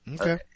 Okay